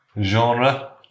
Genre